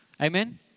Amen